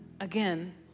again